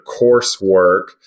coursework